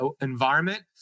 environment